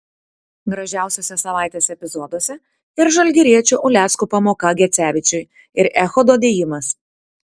gražiausiuose savaitės epizoduose ir žalgiriečio ulecko pamoka gecevičiui ir echodo dėjimas